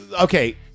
Okay